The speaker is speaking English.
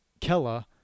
Kella